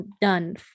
done